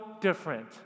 different